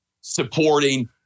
supporting